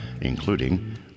including